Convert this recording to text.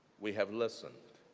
we have listened